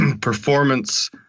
performance